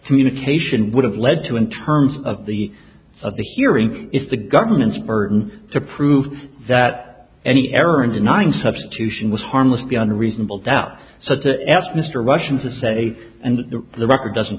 communication would have led to in terms of the of the hearing is the government's burden to prove that any error in denying substitution was harmless beyond reasonable doubt so to ask mr russian to say and the record doesn't